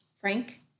Frank